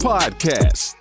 Podcast